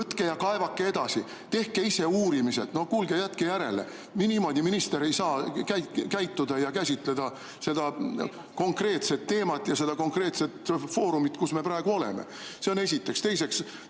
Võtke ja kaevake edasi, tehke ise uurimised. No kuulge, jätke järele! Niimoodi minister ei saa käituda ja käsitleda seda konkreetset teemat ja seda konkreetset foorumit, kus me praegu oleme. See on esiteks. Teiseks,